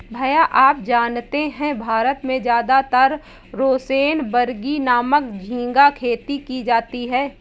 भैया आप जानते हैं भारत में ज्यादातर रोसेनबर्गी नामक झिंगा खेती की जाती है